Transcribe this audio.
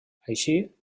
així